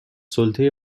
سلطه